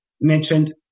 mentioned